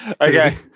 Okay